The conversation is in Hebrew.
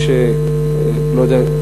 מי שלא יודע,